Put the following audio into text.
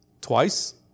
twice